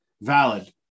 Valid